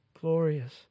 Glorious